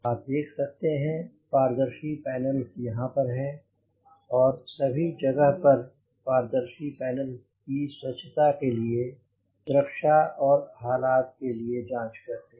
आप देख सकते हैं पारदर्शी पेनल्स यहाँ पर हैं और सभी जगह पर पारदर्शी पेनल्स की स्वच्छता के लिए सुरक्षा और हालात के लिए जांच करते हैं